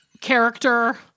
character